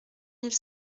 mille